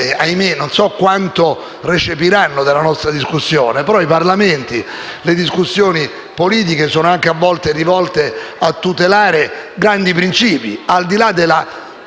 che non so quanto recepiranno della nostra discussione. Nei Parlamenti le discussioni politiche sono anche rivolte a tutelare grandi principi, al di là delle